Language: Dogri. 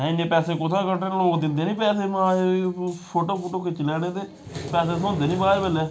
ऐं इन्ने पैसे कु'त्थां कड्ढने लोक दिंदे नि पैसे मा जवे फोटो फोटो खिच्ची लैने ते पैसे थ्होंदे निं बाद बेल्लै